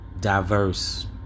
diverse